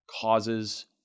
causes